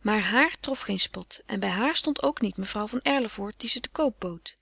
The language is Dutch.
maar haar trof geen spot en bij haar stond ook niet mevrouw van erlevoort die ze te koop bood